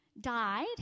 died